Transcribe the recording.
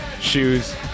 shoes